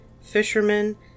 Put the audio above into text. fishermen